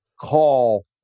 call